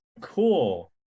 cool